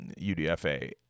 UDFA